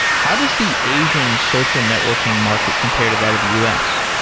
how does the asian social networking market compare to that of the us?